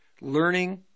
learning